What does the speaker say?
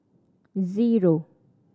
zero